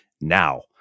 now